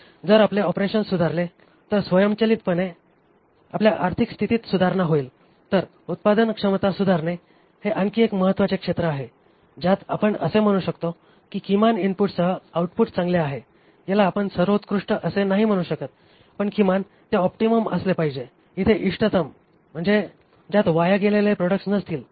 जर आपले ऑपरेशन्स सुधारले तर स्वयंचलितपणे आपल्या आर्थिक स्थितीत सुधारणा होईल तर उत्पादनक्षमता सुधारणे हे आणखी एक महत्त्वाचे क्षेत्र आहे ज्यात आपण असे म्हणू शकतो की किमान इनपुटसह आउटपुट चांगले आहे याला आपण सर्वोत्कृष्ट असे नाही म्हणू शकत पण किमान तेऑप्टिमम असले पाहिजे इथे इष्टतम म्हणजे ज्यात वाया गेलेले प्रॉडक्ट्स नसतील